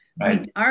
Right